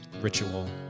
ritual